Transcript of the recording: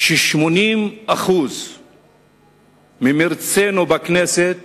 ש-80% ממרצנו בכנסת